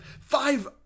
five